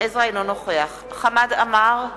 אינו נוכח חמד עמאר,